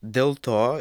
dėl to